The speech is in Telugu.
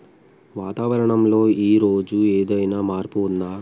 వాతావరణం లో ఈ రోజు ఏదైనా మార్పు ఉందా?